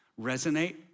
Resonate